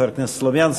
חבר הכנסת סלומינסקי,